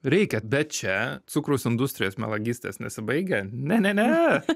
reikia bet čia cukraus industrijos melagystės nesibaigia ne ne ne